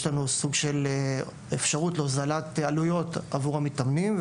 לנו סוג של אפשרות להוזלת עלויות עבור המתאמנים.